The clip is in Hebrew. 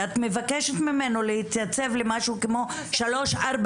את מבקשת ממנו להתייצב למשהו כמו שלוש-ארבע